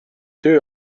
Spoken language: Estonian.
töö